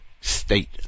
state